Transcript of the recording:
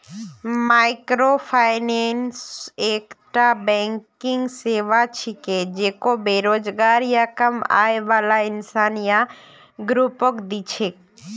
microfinance एकता banking सेवा छिके जेको बेरोजगार या कम आय बाला इंसान या ग्रुपक दी छेक